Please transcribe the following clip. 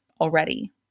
already